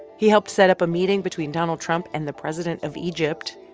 he helped set up a meeting between donald trump and the president of egypt.